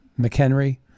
McHenry